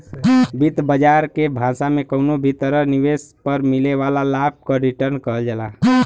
वित्त बाजार के भाषा में कउनो भी तरह निवेश पर मिले वाला लाभ क रीटर्न कहल जाला